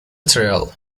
thrill